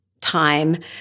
time